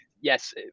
yes